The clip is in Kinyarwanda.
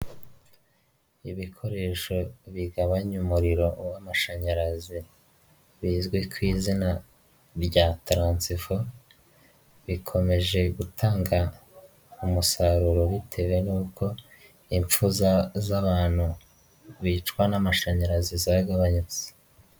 Ibikoresho bigabanya umuriro w'amashanyarazi bizwi ku izina ryataransifo bikomeje gutanga umusaruro bitewe n'uko impfu z'abantu bicwa n'amashanyarazi zagabanyutse.